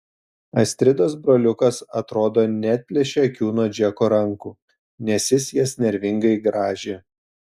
astridos broliukas atrodo neatplėšė akių nuo džeko rankų nes jis jas nervingai grąžė